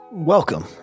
Welcome